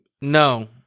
No